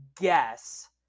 guess